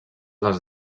les